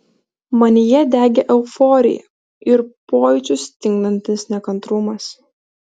manyje degė euforija ir pojūčius stingdantis nekantrumas